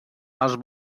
els